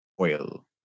oil